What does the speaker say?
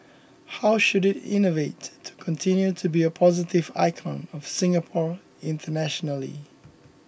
how should it innovate to continue to be a positive icon of Singapore internationally